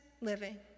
living